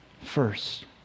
first